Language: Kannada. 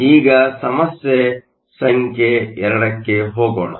ಈಗ ಸಮಸ್ಯೆ ಸಂಖ್ಯೆ 2 ಕ್ಕೆ ಹೋಗೋಣ